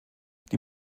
die